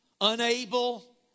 unable